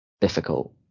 difficult